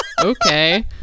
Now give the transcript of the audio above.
Okay